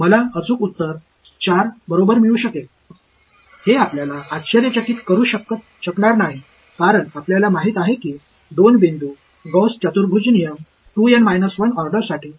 எனவே எனக்கு சரியான பதில் கிடைத்ததில் ஆச்சரியமில்லை ஏனென்றால் எல்லா நிபந்தனைகளும் திருப்தி அடைகின்றன